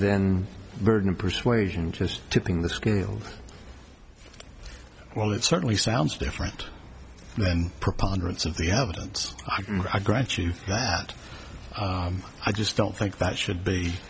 the burden of persuasion just tipping the scales well it certainly sounds different and preponderance of the evidence i grant you that i just don't think that should be